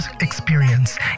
experience